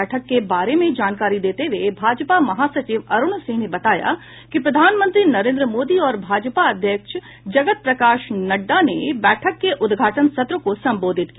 बैठक के बारे में जानकारी देते हुए भाजपा महासचिव अरूण सिंह ने बताया कि प्रधानंत्री नरेन्द्र मोदी और भाजपा अध्यक्ष जगत प्रकाश नड्डा ने बैठक के उदघाटन सत्र को संबोधित किया